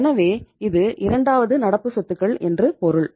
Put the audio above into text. எனவே இது இரண்டாவது நடப்பு சொத்துக்கள் என்று பொருள்